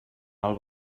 alt